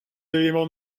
éléments